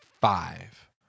five